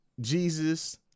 Jesus